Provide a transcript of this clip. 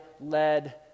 led